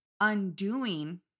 undoing